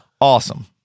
awesome